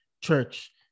church